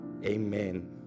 Amen